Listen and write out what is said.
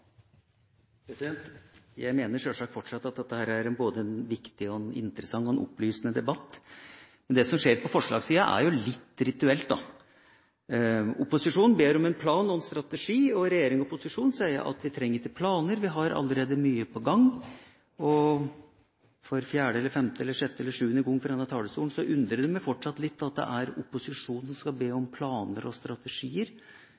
opplysende debatt, men det som skjer på forslagssiden, er litt rituelt. Opposisjonen ber om en plan og en strategi, og regjering og posisjon sier at vi trenger ikke planer, vi har allerede mye på gang. For fjerde, eller femte, eller sjette, eller sjuende gang fra denne talerstolen undrer det meg fortsatt litt at det er opposisjonen som skal be